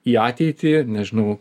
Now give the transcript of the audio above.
į ateitį nežinau